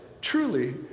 truly